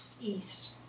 east